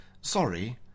Sorry